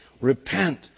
repent